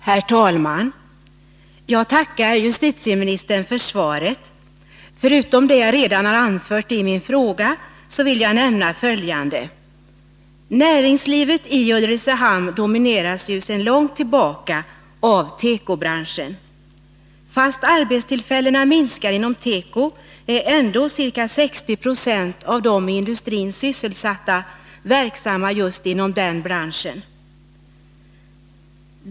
Herr talman! Jag tackar justitieministern för svaret. Förutom det jag redan har anfört i min fråga vill jag nämna följande: Näringslivet i Ulricehamn domineras sedan lång tid tillbaka av tekobranschen. Fastän arbetstillfällena minskar inom teko är ändå ca 60 96 av de i industrin sysselsatta verksamma inom just den branschen.